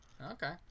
Okay